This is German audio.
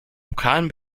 lokalen